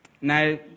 Now